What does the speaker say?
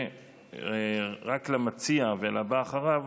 ורק למציע ולבא אחריו